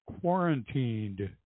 quarantined